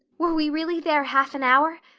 were we really there half an hour?